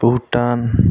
Bhutan